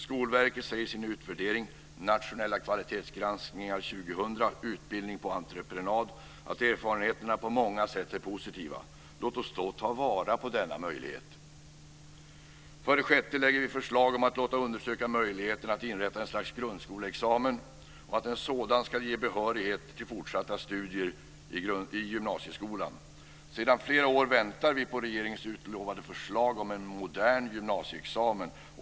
Skolverket säger i sin utvärdering Nationella kvalitetsgranskningar 2000 - utbildning på entreprenad att erfarenheterna på många sätt är positiva. Låt oss då ta vara på denna möjlighet! För det sjätte lägger vi fram ett förslag om att låta undersöka möjligheterna att inrätta ett slags grundskoleexamen och att en sådan ska ge behörighet till fortsatta studier i gymnasieskolan. Sedan flera år väntar vi på regeringens utlovade förslag om en modern gymnasieexamen.